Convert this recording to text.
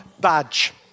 badge